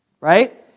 right